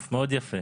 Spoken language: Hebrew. נפגשות בהחלט.